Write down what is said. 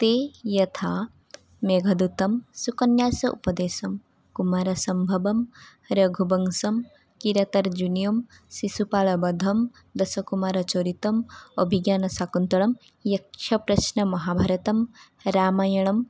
ते यथा मेघदूतं शुकन्यास उपदेशः कुमारसम्भवं रघुवंशं किरातार्जुनीयं शिशुपालवधं दशकुमारचरितम् अभिज्ञानशाकुन्तलं यक्षप्रश्नमहाभारतं रामायणं